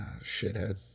Shithead